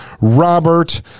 Robert